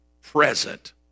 present